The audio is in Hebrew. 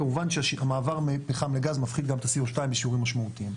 כמובן שהמעבר מפחם לגז מפחית גם את ה -CO2 בשיעורים משמעותיים.